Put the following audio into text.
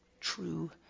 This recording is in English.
true